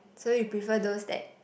so you prefer those that